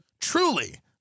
Truly